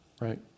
right